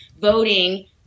voting